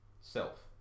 self